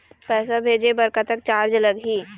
पैसा भेजे बर कतक चार्ज लगही?